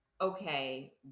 okay